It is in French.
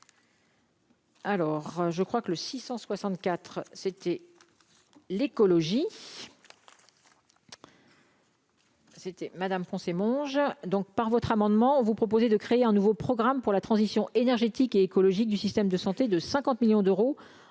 Alors je crois que le 664 c'était l'écologie. C'était madame foncé Monge donc par votre amendement on vous proposez de créer un nouveau programme pour la transition énergétique et écologique du système de santé de 50 millions d'euros en 10